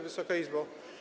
Wysoka Izbo!